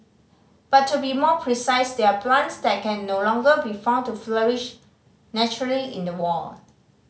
but to be more precise they're plants that can no longer be found to flourish naturally in the wild